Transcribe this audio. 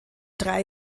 drei